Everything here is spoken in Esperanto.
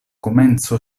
komenco